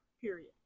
period